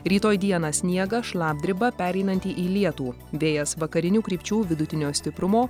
rytoj dieną sniegas šlapdriba pereinanti į lietų vėjas vakarinių krypčių vidutinio stiprumo